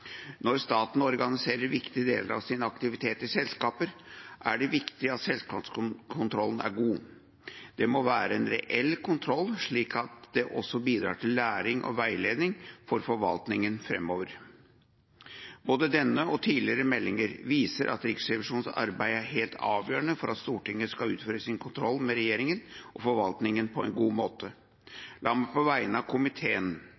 Når staten organiserer viktige deler av sin aktivitet i selskaper, er det viktig at selskapskontrollen er god. Det må være en reell kontroll, slik at det også bidrar til læring og veiledning for forvaltningen framover. Både denne og tidligere meldinger viser at Riksrevisjonens arbeid er helt avgjørende for at Stortinget kan utføre sin kontroll med regjeringen og forvaltningen på en god måte. La meg på vegne av komiteen